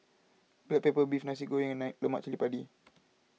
Black Pepper Beef Nasi Goreng and Lemak Cili Padi